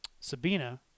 Sabina